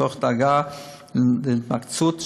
תוך דאגה להתמקצעות שלהם.